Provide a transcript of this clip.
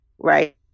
right